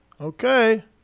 Okay